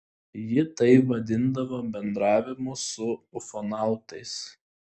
ji tai vadindavo bendravimu su ufonautais